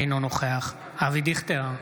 אינו נוכח אבי דיכטר,